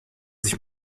sich